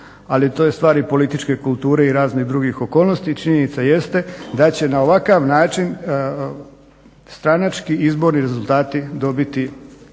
ali to je stvar i političke kulture i raznih drugih okolnosti. Činjenica jeste da će na ovakav način stranački izborni rezultati dobiti